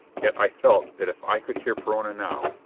yet i felt that if i could hear perona now,